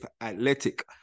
Athletic